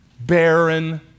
barren